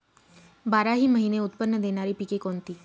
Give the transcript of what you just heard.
बाराही महिने उत्त्पन्न देणारी पिके कोणती?